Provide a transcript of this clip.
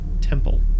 temple